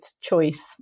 choice